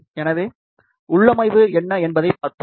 எனவே உள்ளமைவு என்ன என்பதைப் பார்ப்போம்